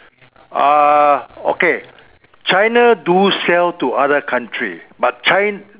uh okay China do sell to other country but Chi~